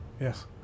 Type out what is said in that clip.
Yes